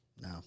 No